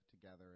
together